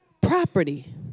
property